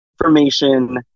information